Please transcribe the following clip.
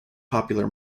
popular